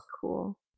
Cool